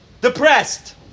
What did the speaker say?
depressed